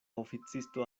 oficisto